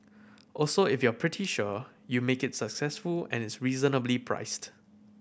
also if you're pretty sure you make it successful and it's reasonably priced